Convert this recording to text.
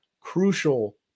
crucial